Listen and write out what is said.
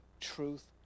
truth